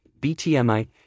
BTMI